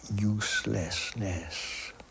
uselessness